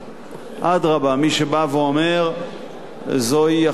מי שבא ואומר שזוהי החלטה פוליטית מעיד